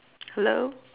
hello